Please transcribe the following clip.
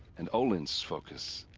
and olin's. focus.